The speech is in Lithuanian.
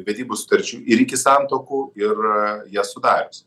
vedybų sutarčių ir iki santuokų ir jas sudarius